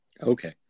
Okay